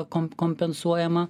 kom kompensuojama